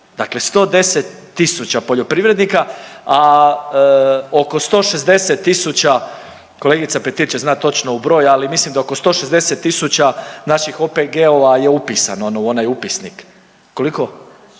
dakle 110 tisuća poljoprivrednika, a oko 160 tisuća, kolegica Petir će znat točno u broj, ali mislim da oko 160 tisuća naših OPG-ova je upisano u onaj upisnik…/Upadica